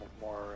more